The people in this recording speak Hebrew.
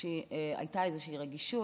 שהייתה איזושהי רגישות.